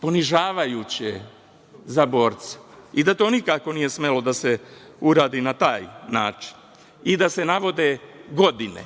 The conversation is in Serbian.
ponižavajuće za borce i da to nikako nije smelo da se uradi na taj način i da se navode godine.